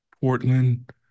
Portland